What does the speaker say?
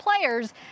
players